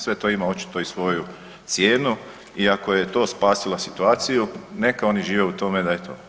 Sve to ima očito i svoju cijenu i ako je to spasila situaciju neka oni žive u tome da je to.